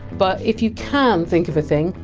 but if you can think of a thing,